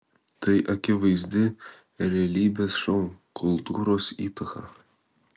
tai akivaizdi realybės šou kultūros įtaka